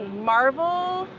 marvel?